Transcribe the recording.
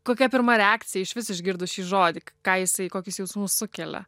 kokia pirma reakcija išvis išgirdus šį žodį ką jisai kokius jausmus sukelia